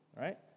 right